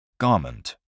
Garment